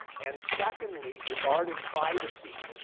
and secondly, regarding privacy,